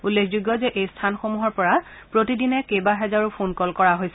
উল্লেখযোগ্য যে এই স্থানসমূহৰ পৰা প্ৰতিদিনে কেইবা হাজাৰো ফোন ক'ল কৰা হৈছে